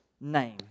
name